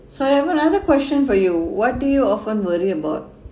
so I have another question for you what do you often worry about